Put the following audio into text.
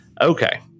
Okay